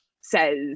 says